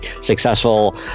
successful